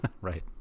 Right